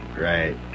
right